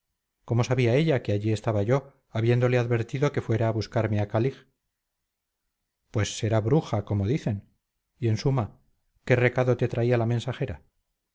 cómo sabía ella que allí estaba yo habiéndole advertido que fuera a buscarme a calig pues será bruja como dicen y en suma qué recado te traía la mensajera